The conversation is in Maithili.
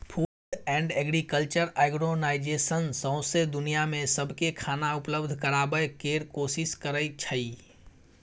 फूड एंड एग्रीकल्चर ऑर्गेनाइजेशन सौंसै दुनियाँ मे सबकेँ खाना उपलब्ध कराबय केर कोशिश करइ छै